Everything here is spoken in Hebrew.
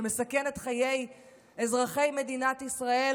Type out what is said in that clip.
שמסכן את חיי אזרחי מדינת ישראל